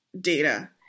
data